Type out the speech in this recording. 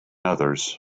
others